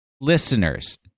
listeners